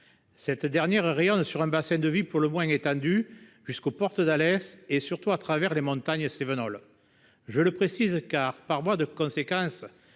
Cette dernière rayonne sur un bassin de vie pour le moins étendu, jusqu'aux portes d'Alès, et surtout à travers les montagnes cévenoles. Je le précise car, par voie de conséquence,